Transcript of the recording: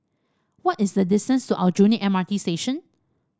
what is the distance to Aljunied M R T Station